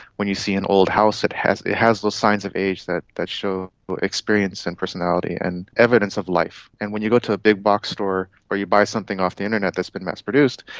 when you see an old house it has it has those signs of age that that show experience and personality and evidence of life. and when you go to a big-box store or you buy something off the internet that has been mass produced,